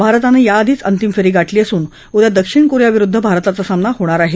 भारतानं याआधीच अंतिम फेरी गाठली असून उद्या दक्षिण कोरिया विरुद्ध भारताचा सामना होणार आहे